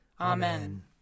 Amen